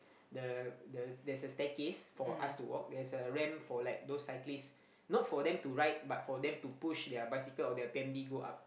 the the there's a staircase for us to walk there's a ramp for like those cyclists not for them to ride but for them to push their bicycle or their p_m_d go up